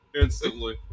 instantly